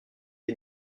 des